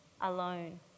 alone